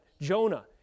Jonah